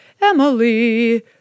Emily